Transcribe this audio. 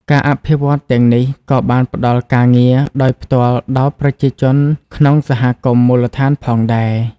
ការអភិវឌ្ឍន៍ទាំងនេះក៏បានផ្តល់ការងារដោយផ្ទាល់ដល់ប្រជាជនក្នុងសហគមន៍មូលដ្ឋានផងដែរ។